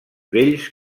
bells